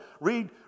read